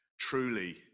truly